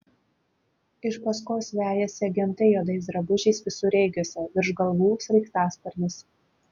iš paskos vejasi agentai juodais drabužiais visureigiuose virš galvų sraigtasparnis